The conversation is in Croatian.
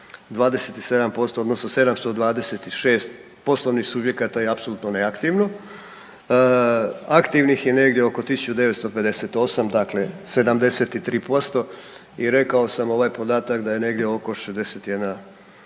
27% odnosno 726 poslovnih subjekata je apsolutno neaktivno. Aktivnih je negdje oko 1958 dakle 73% i rekao sam ovaj podatak da je negdje oko 61.400